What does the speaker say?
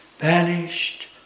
banished